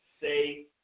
say